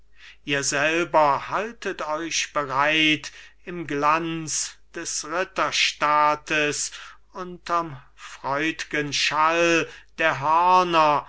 ihr selber haltet euch bereit im glanz des ritterstaates unterm freud'gen schall der hörner